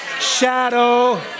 shadow